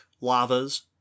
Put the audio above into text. lavas